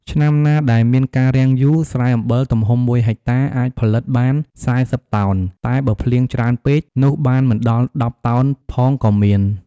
ឆ្នាំណាដែលមានការរាំងយូរ ស្រែអំបិលទំហំមួយហិកតាអាចផលិតបាន៤០តោន តែបើភ្លៀងច្រើនពេក នោះបានមិនដល់១០តោនផងក៏មាន។